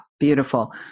Beautiful